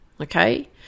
okay